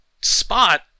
spot